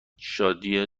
شادی